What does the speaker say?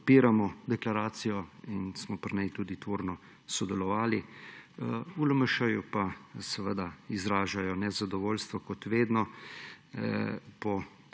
podpiramo deklaracijo in smo pri njej tudi tvorno sodelovali. V LMŠ pa izražajo nezadovoljstvo kot vedno